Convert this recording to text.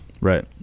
Right